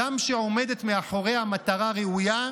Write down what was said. הגם שעומדת מאחוריה מטרה ראויה,